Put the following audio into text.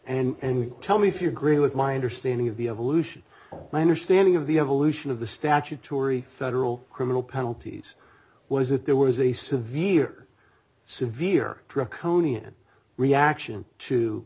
and tell me if you're great with my understanding of the evolution of my understanding of the evolution of the statutory federal criminal penalties was that there was a severe severe draconian reaction to